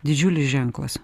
didžiulis ženklas